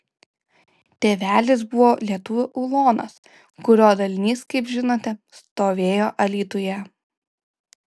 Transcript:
tėvelis buvo lietuvių ulonas kurio dalinys kaip žinote stovėjo alytuje